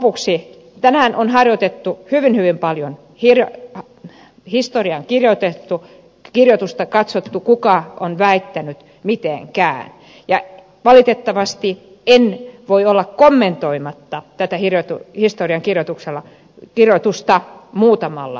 lopuksi tänään on harjoitettu hyvin hyvin paljon historian kirjoitusta katsottu kuka on väittänyt mitäkin ja valitettavasti en voi olla kommentoimatta tätä historian kirjoitusta muutamalla sanalla